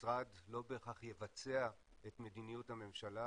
המשרד לא בהכרח יבצע את מדיניות הממשלה